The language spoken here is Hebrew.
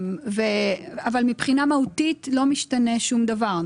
אבל מבחינה מהותית לא משתנה שום דבר.